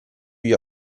gli